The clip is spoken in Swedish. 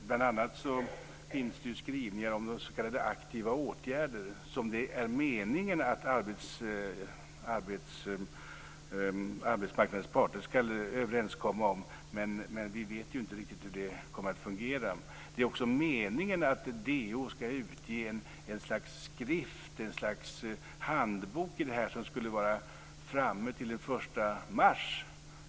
Det finns bl.a. skrivningar om s.k. aktiva åtgärder, som det är meningen att arbetsmarknadens parter skall överenskomma om. Vi vet inte riktigt hur det kommer att fungera. Det är också meningen att DO skall utge ett slags skrift - ett slags handbok om detta - som skulle ha varit framtagen till den 1 mars.